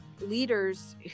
leaders